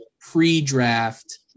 pre-draft